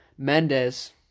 Mendes